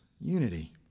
unity